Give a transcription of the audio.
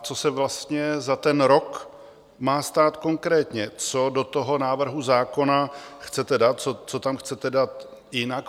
Co se vlastně za ten rok má konkrétně stát, co do toho návrhu zákona chcete dát, co tam chcete dát jinak?